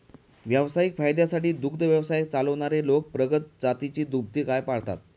व्यावसायिक फायद्यासाठी दुग्ध व्यवसाय चालवणारे लोक प्रगत जातीची दुभती गाय पाळतात